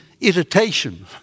irritation